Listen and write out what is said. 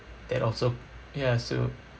that also ya so